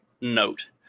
note